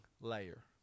layer